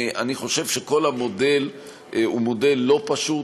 אני חושב שכל המודל הוא מודל לא פשוט.